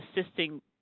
assisting